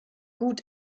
gut